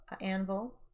Anvil